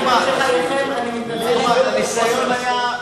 הניסיון היה,